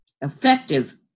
effective